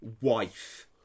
wife